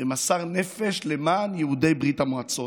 ומסר נפש למען יהודי ברית המועצות,